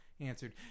answered